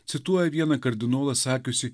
cituoja vieną kardinolą sakiusį